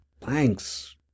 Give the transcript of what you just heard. Thanks